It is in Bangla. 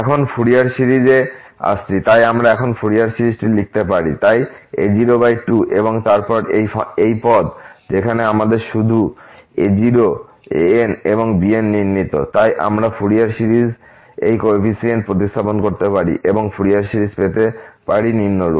এখন ফুরিয়ার সিরিজে আসছি তাই আমরা এখন তার ফুরিয়ার সিরিজটি লিখতে পারি তাই a02 এবং তারপর এই n1ancos nx bnsin nx পদ যেখানে আমরা শুধু a0 an এবং bnনির্ণিত তাই আমরা ফুরিয়ার সিরিজ এই কোফিসিয়েন্টস প্রতিস্থাপন করতে পারি এবং ফুরিয়ার সিরিজ পেতে পারেন নিম্নরূপ